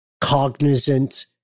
cognizant